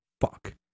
fuck